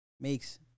Makes